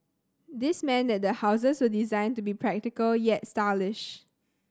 this meant that the houses were designed to be practical yet stylish